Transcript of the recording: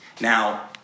now